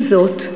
עם זאת,